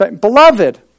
beloved